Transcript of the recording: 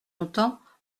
longtemps